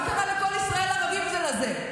מה קרה לכל ישראל ערבים זה לזה?